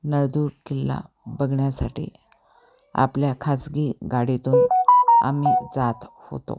नळदूर किल्ला बघण्यासाठी आपल्या खाजगी गाडीेतून आम्ही जात होतो